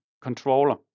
controller